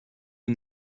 aux